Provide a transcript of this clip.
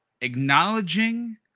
Acknowledging